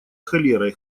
холерой